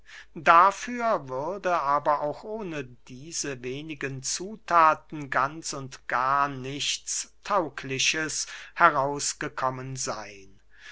dafür würde aber auch ohne diese wenigen zuthaten ganz und gar nichts taugliches herausgekommen seyn